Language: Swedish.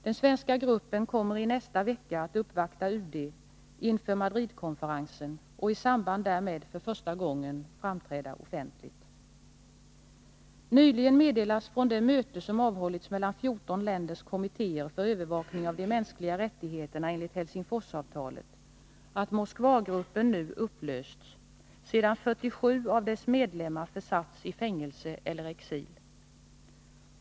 Den svenska gruppen kommer i nästa vecka att uppvakta UD inför Madridkonferensen och i samband därmed för första gången framträda offentligt. Nyligen meddelades från det möte som avhållits mellan 14 länders kommittéer för övervakning av de mänskliga rättigheterna enligt Helsingforsavtalet, att Moskvagruppen nu upplösts sedan 47 av dess medlemmar försatts i fängelse eller exil.